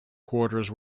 quarters